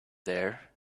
there